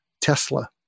Tesla